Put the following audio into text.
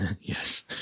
Yes